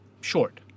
short